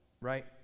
right